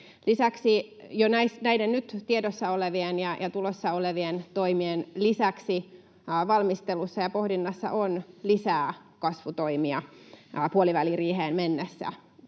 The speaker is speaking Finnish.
Lisäksi jo näiden nyt tiedossa olevien ja tulossa olevien toimien lisäksi valmistelussa ja pohdinnassa on lisää kasvutoimia puoliväliriiheen mennessä,